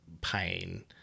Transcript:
pain